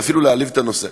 זה אפילו להעליב את הנושא.